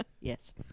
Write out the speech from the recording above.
Yes